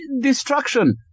destruction